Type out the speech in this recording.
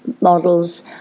models